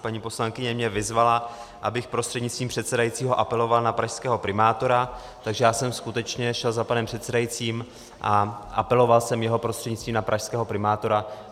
Paní poslankyně mě vyzvala, abych prostřednictvím předsedajícího apeloval na pražského primátora, takže já jsem skutečně šel za panem předsedajícím a apeloval jsem jeho prostřednictvím na pražského primátora.